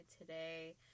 Today